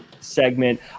segment